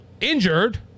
injured